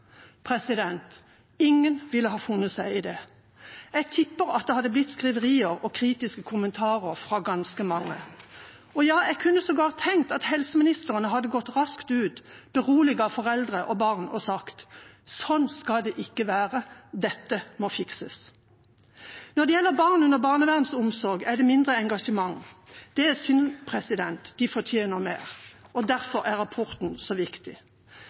Ingen ville ha funnet seg i det. Jeg tipper at det hadde blitt skriverier og kritiske kommentarer fra ganske mange. Ja, jeg kan sågar tenke at helseministeren hadde gått raskt ut, beroliget foreldre og barn og sagt: Sånn skal det ikke være, dette må fikses. Når det gjelder barn under barnevernsomsorg, er det mindre engasjement. Det er synd. De fortjener mer. Og derfor er rapporten så viktig.